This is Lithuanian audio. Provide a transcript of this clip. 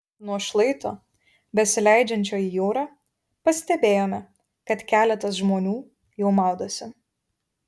nuo šlaito besileidžiančio į jūrą pastebėjome kad keletas žmonių jau maudosi